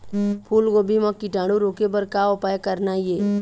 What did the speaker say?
फूलगोभी म कीटाणु रोके बर का उपाय करना ये?